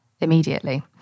immediately